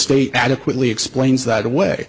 state adequately explains that away